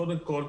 קודם כול,